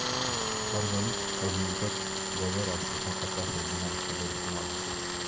organic फर्मिन्गोत गोबर आर सुखा पत्ता से बनाल खादेर इस्तेमाल होचे